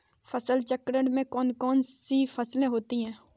फसल चक्रण में कौन कौन सी फसलें होती हैं?